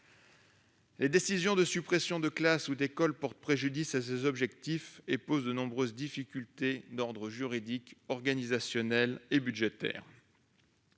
Les décisions de suppression de classes ou d'écoles portent préjudice à ces objectifs et suscitent de nombreuses difficultés d'ordre juridique, organisationnel et budgétaire.